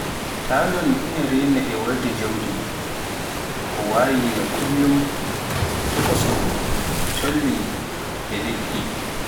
Talon ina reena e warde jawdi, ko wayi no kullon tokoson, colli, e liɗɗi.